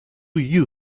you